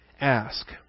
Ask